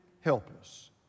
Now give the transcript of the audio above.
helpless